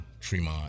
tremont